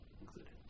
included